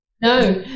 no